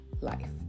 life